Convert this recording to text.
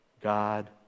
God